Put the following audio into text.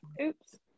Oops